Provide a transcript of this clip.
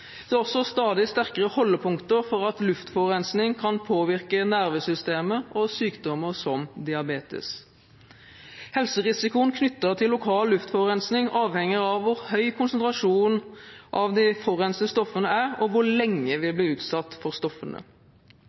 Det er også stadig sterkere holdepunkter for at luftforurensning kan påvirke nervesystemet og sykdommer som diabetes. Helserisikoen knyttet til lokal luftforurensning avhenger av hvor høy konsentrasjonen av de forurensende stoffene er, og hvor lenge vi blir utsatt for stoffene.